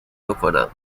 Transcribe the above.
بکنم